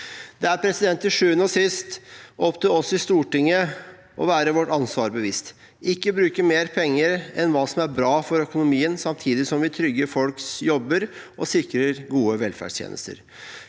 Det er til sjuende og sist opp til oss i Stortinget å være vårt ansvar bevisst og ikke bruke mer penger enn hva som er bra for økonomien, samtidig som vi trygger folks jobber og sikrer gode velferdstjenester.